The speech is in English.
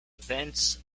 events